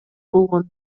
болгон